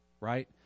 right